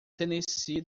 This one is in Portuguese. tennessee